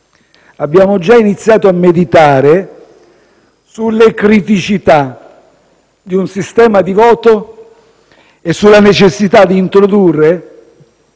Abbiamo già iniziato a meditare sulle criticità di un sistema di voto e sulla necessità di introdurre